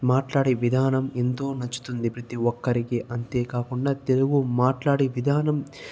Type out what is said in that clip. మాట్లాడే విధానం ఎంతో నచ్చుతుంది ప్రతీ ఒక్కరికి అంతే కాకుండా తెలుగు మాట్లాడే విధానం